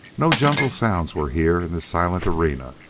no jungle sounds were here in this silent arena,